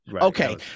Okay